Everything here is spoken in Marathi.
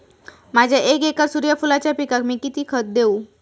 माझ्या एक एकर सूर्यफुलाच्या पिकाक मी किती खत देवू?